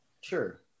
sure